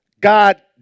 God